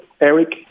Eric